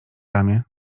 ramię